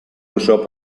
uso